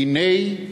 והנה,